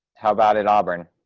how about at auburn?